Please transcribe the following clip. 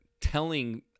telling